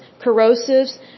corrosives